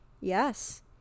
Yes